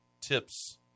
tips